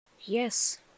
Yes